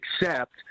accept